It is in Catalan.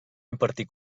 impartir